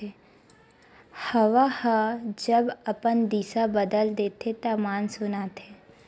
हवा ह जब अपन दिसा बदल देथे त मानसून आथे